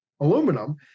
aluminum